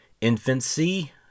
infancy